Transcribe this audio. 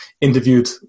interviewed